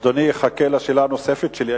אדוני יחכה לשאלה הנוספת שלי.